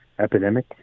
epidemic